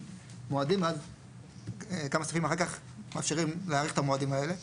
מועדים וכמה סעיפים אחר כך מאפשרים להאריך את המועדים האלה.